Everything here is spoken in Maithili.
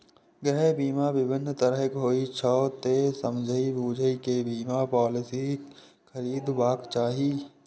गृह बीमा विभिन्न तरहक होइ छै, तें समझि बूझि कें बीमा पॉलिसी खरीदबाक चाही